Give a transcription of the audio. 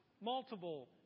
multiple